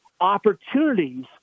opportunities